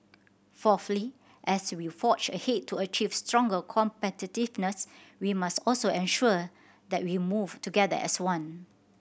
fourthly as we forge ahead to achieve stronger competitiveness we must also ensure that we move together as one